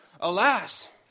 alas